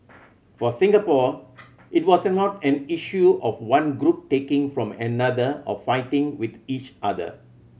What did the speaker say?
for Singapore it was not an issue of one group taking from another or fighting with each other